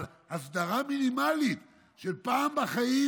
אבל הסדרה מינימלית, של פעם בחיים,